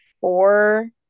four